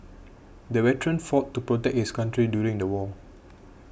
the veteran fought to protect his country during the war